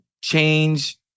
change